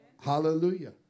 Hallelujah